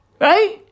right